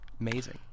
amazing